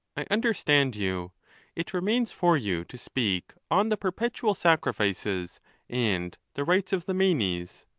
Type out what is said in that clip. i understand you it remains for you to speak on the perpetual sacrifices and the rights of the manes.